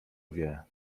wie